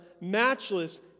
matchless